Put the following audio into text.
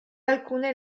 alcune